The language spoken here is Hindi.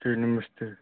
ठीक नमस्ते